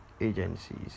agencies